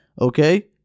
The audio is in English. Okay